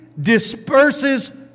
disperses